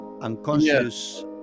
unconscious